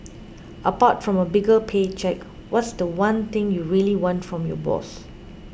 apart from a bigger pay cheque what's the one thing you really want from your boss